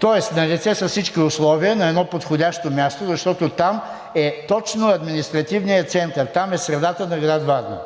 Тоест налице са всички условия на едно подходящо място, защото там е точно административният център, там е средата на град Варна.